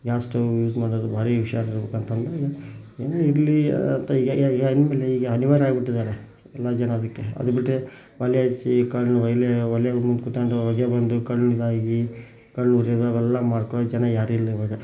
gas stove use ಮಾಡೋವ್ರು ಭಾರಿ ಹುಷಾರಿರ್ಬೇಕಂತಂದು ಏನೇ ಇರಲಿ ಅಂತ ಈಗ ಈಗ ಹೆಂಗಿರ್ಲಿ ಈಗ ಅನಿವಾರ್ಯ ಆಗ್ಬಿಟ್ಟಿದ್ದಾರೆ ಎಲ್ಲ ಜನ ಅದಕ್ಕೆ ಅದು ಬಿಟ್ಟರೆ ಒಲೆ ಹಾಯಿಸಿ ಕಣ್ಣು ಒಲೆ ಒಲೆ ಮುಂದೆ ಕೂತ್ಕೊಂಡು ಹೊಗೆ ಬಂದು ಕಣ್ಣು ಇದಾಗಿ ಕಣ್ಣು ಉಜ್ಜೋದೆಲ್ಲ ಅವೆಲ್ಲ ಮಾಡ್ಕೊಳ್ಳೋ ಜನ ಯಾರೂ ಇಲ್ಲ ಇವಾಗ